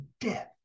death